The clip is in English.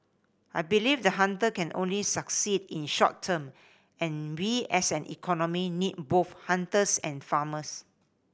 I believe the hunter can only succeed in short term and we as an economy need both hunters and farmers